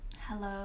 Hello